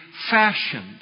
fashioned